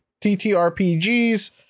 TTRPGs